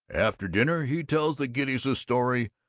after dinner he tells the kiddies a story,